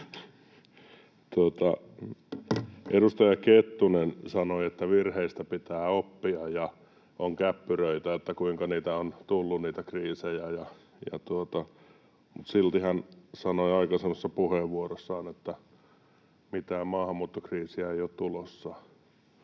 Edustaja Kettunen sanoi, että virheistä pitää oppia ja on käppyröitä, että kuinka niitä kriisejä on tullut. Silti hän sanoi aikaisemmassa puheenvuorossaan, että mitään maahanmuuttokriisiä ei ole tulossa